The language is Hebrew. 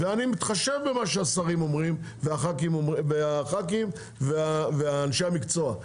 ואני מתחשב במה שהשרים אומרים והח"כים ואנשי המקצוע.